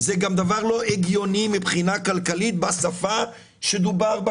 זה גם דבר לא הגיוני מבחינה כלכלית בשפה שדובר בה